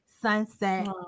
sunset